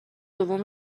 دوم